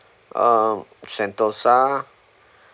um sentosa